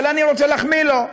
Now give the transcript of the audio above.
אבל אני רוצה להחמיא לו,